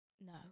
No